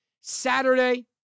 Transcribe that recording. Saturday